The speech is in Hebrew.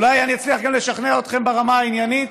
ואולי אני אצליח גם לשכנע אתכם ברמה העניינית,